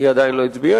היא עדיין לא הצביעה?